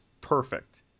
perfect